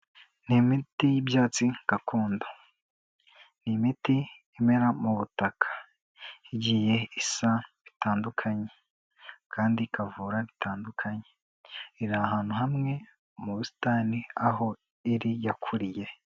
Ni imiti y'ibyatsi gakondo ni imiti imera mu butaka igiye isa bitandukanye kandi ikavura bitandukanye, iri ahantu hamwe mu busitani aho iri yakuriye.